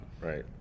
Right